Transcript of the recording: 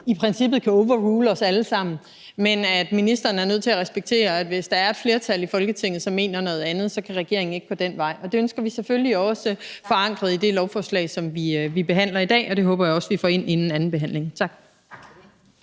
i princippet kan overrule os alle sammen, men at ministeren er nødt til at respektere, at hvis der er et flertal i Folketinget, som mener noget andet, så kan regeringen ikke gå den vej. Og det ønsker vi selvfølgelig forankret i det lovforslag, som vi behandler i dag, og det håber jeg også vi får ind inden andenbehandlingen. Tak.